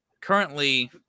currently –